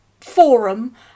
forum